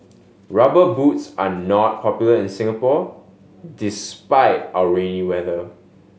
Rubber Boots are not popular in Singapore despite our rainy weather